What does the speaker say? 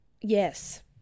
Yes